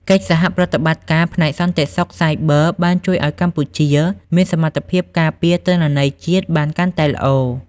កិច្ចសហប្រតិបត្តិការផ្នែកសន្តិសុខសាយប័របានជួយឱ្យកម្ពុជាមានសមត្ថភាពការពារទិន្នន័យជាតិបានកាន់តែល្អ។